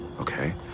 okay